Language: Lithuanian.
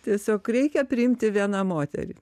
tiesiog reikia priimti vieną moterį